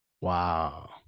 Wow